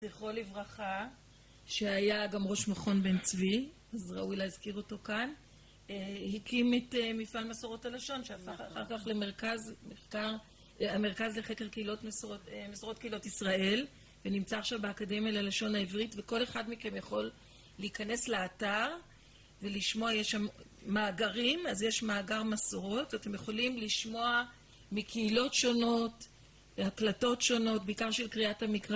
זכרו לברכה, שהיה גם ראש מכון בן צבי, אז ראוי להזכיר אותו כאן. הקים את מפעל מסורות הלשון, שהפך למרכז לחקר מסורות קהילות ישראל, ונמצא עכשיו באקדמיה ללשון העברית, וכל אחד מכם יכול להיכנס לאתר ולשמוע, יש שם מאגרים, אז יש מאגר מסורות, אתם יכולים לשמוע מקהילות שונות, הקלטות שונות, בעיקר של קריאת המקרא,